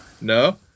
No